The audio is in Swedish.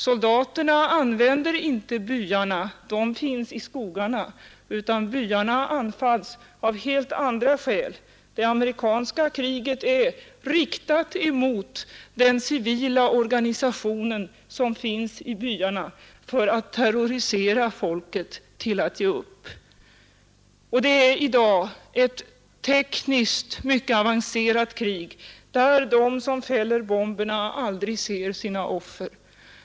Soldaterna använder inte byarna, utan de finns i skogarna. Byarna anfalls av helt andra skäl. Det amerikanska kriget är riktat emot den civila organisation en i byarna för att terrorisera folket till att ge upp. Och det är i dag ett tekniskt mycket avancerat krig, där de som fäller bomberna aldrig ser sina offer.